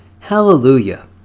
Hallelujah